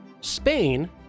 Spain